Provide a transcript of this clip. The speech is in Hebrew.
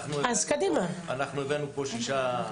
אנחנו הבאנו פה שישה כלי נשק.